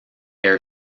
air